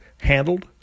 handled